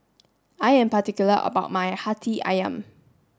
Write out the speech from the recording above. I am particular about my Hati Ayam